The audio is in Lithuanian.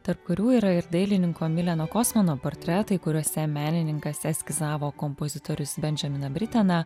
tarp kurių yra ir dailininko mileno kosmano portretai kuriuose menininkas eskizavo kompozitorius bendžeminą briteną